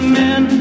men